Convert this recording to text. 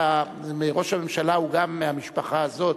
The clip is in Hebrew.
וראש הממשלה הוא גם מהמשפחה הזאת,